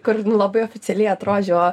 kur nu labai oficialiai atrodžiau